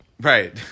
Right